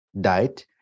died